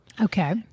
Okay